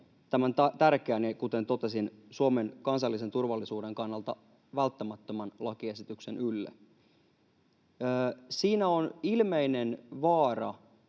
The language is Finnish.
tämän tärkeän ja, kuten totesin, Suomen kansallisen turvallisuuden kannalta välttämättömän lakiesityksen ylle. Siinä on ilmeinen vaara,